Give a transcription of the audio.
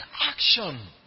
action